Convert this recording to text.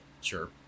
Sure